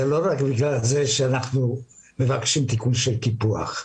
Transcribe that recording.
לא רק בגלל שאנחנו מבקשים תיקון של קיפוח,